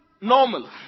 normal